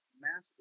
master